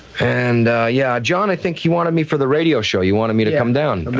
and yeah, john, i think he wanted me for the radio show, you wanted me to come down,